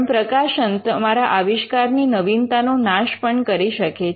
પણ પ્રકાશન તમારા આવિષ્કારની નવીનતાનો નાશ પણ કરી શકે છે